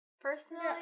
Personally